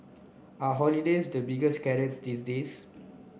are holidays the biggest carrots these days